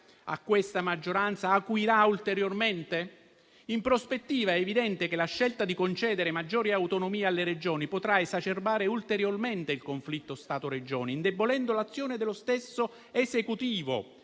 a questa maggioranza, acuirà ulteriormente? In prospettiva è evidente che la scelta di concedere maggiore autonomia alle Regioni potrà esacerbare ulteriormente il conflitto Stato-Regioni, indebolendo l'azione dello stesso Esecutivo